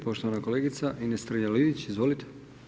Poštovana kolegica Ines Strenja-Linić, izvolite.